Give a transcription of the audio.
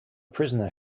prisoner